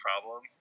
problem